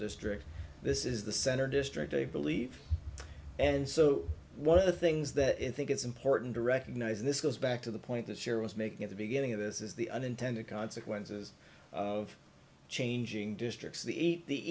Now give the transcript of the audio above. district this is the center district they believe and so one of the things that i think it's important to recognize this goes back to the point this year was making at the beginning of this is the unintended consequences of changing districts the eat the